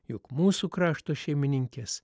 juk mūsų krašto šeimininkės